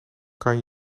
kan